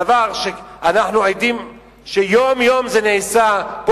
דבר שאנחנו עדים שנעשה יום-יום פה,